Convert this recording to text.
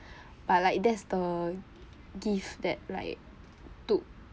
but like that's the gift that like took